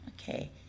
Okay